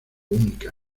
única